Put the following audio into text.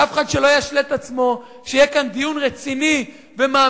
שאף אחד לא ישלה את עצמו שיהיה כאן דיון רציני ומעמיק